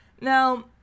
Now